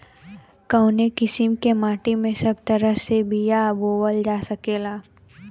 कवने किसीम के माटी में सब तरह के बिया बोवल जा सकेला?